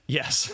yes